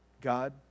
God